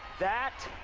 that